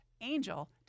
ANGEL